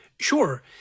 Sure